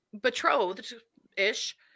betrothed-ish